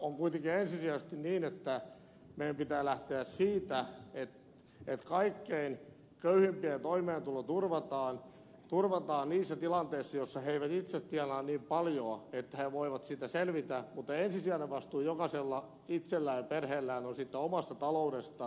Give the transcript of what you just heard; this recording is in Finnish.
on kuitenkin ensisijaisesti niin että meidän pitää lähteä siitä että kaikkein köyhimpien toimeentulo turvataan niissä tilanteissa joissa he eivät itse tienaa niin paljoa että he voivat siitä selvitä mutta ensisijainen vastuu jokaisella itsellään ja perheellä on siitä omasta taloudestaan